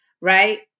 right